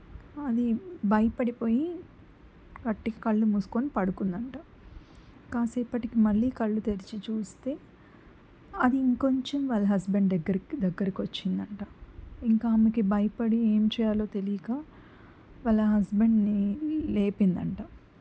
అది భయపడిపోయి గట్టిగా కళ్ళు మూసుకొని పడుకుందంట కాసేపటికి మళ్ళీ కళ్ళు తెరిచి చూస్తే అది ఇంకొంచెం వాళ్ళ హస్బెండ్ దగ్గరికి దగ్గరకొచ్చిందంట ఇంకా ఆమెకి భయపడి ఏం చేయాలో తెలీక వాళ్ళ హస్బెండ్ని లేపిందంట